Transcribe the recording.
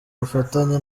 ubufatanye